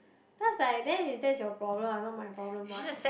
then I was like then is that's your problem what not my problem what